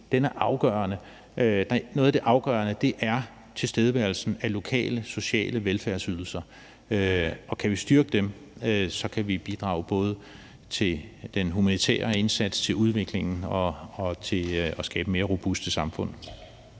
Noget af det afgørende er tilstedeværelsen af lokale sociale velfærdsydelser. Og kan vi styrke dem, så kan vi bidrage både til den humanitære indsats, til udviklingen og til at skabe mere robuste samfund.